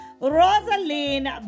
Rosaline